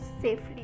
safely